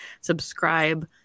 subscribe